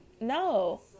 No